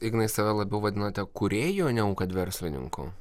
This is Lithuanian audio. ignai save labiau vadinate kūrėju negu kad verslininku